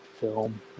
film